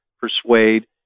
persuade